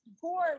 poor